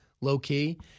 low-key